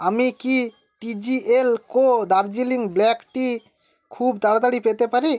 আমি কি টিজিএল কো দার্জিলিং ব্ল্যাক টি খুব তাড়াতাড়ি পেতে পারি